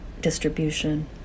distribution